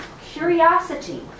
Curiosity